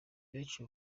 benshi